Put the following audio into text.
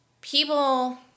people